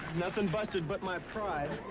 nothing busted but my pride.